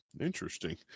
Interesting